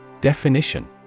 Definition